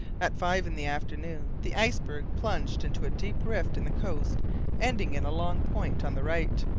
at five in the afternoon, the iceberg plunged into a deep rift in the coast ending in a long point on the right,